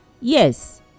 yes